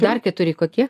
dar keturi kokie